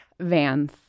vans